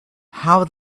how